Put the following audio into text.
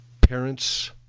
Parents